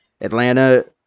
Atlanta